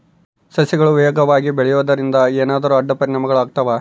ಸಸಿಗಳು ವೇಗವಾಗಿ ಬೆಳೆಯುವದರಿಂದ ಏನಾದರೂ ಅಡ್ಡ ಪರಿಣಾಮಗಳು ಆಗ್ತವಾ?